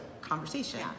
conversation